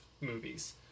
movies